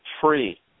free